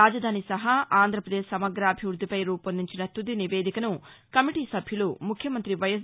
రాజధాని సహా ఆంధ్రపదేశ్ సమగ్రాభివృద్దిపై రూపొందించిన తది నివేదికను కమిటీ సభ్యులు ముఖ్యమంత్రి వైఎస్